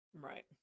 Right